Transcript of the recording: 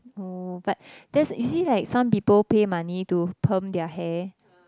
oh but that's you see like some people pay money to perm their hair